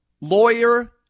lawyer